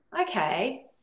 okay